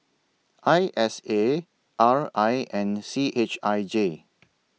I S A R I and C H I J